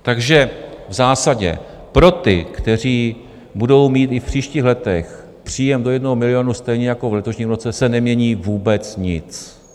Takže v zásadě pro ty, kteří budou mít i v příštích letech příjem do 1 milionu stejně jako v letošním roce, se nemění vůbec nic.